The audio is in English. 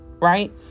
right